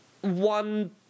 one